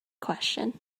question